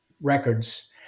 records